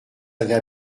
avait